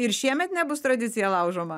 ir šiemet nebus tradicija laužoma